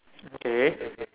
okay